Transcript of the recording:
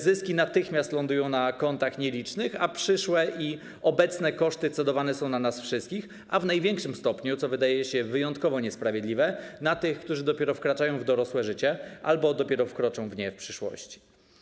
Zyski natychmiast lądują na kontach nielicznych, a przyszłe i obecne koszty cedowane są na nas wszystkich, a w największym stopniu, co wydaje się wyjątkowo niesprawiedliwe, na tych, którzy dopiero wkraczają w dorosłe życie albo dopiero wkroczą w nie w przyszłości.